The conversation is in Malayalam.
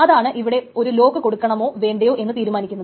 അതാണ് ഇവിടെ ഒരു ലോക്ക് കൊടുക്കണമോ വേണ്ടയോ എന്ന് തീരുമാനിക്കുന്നത്